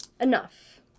enough